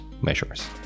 measures